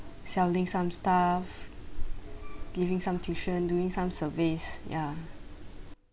selling some stuff giving some tuition doing some surveys ya